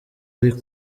ari